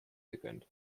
gegönnt